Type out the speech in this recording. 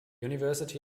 university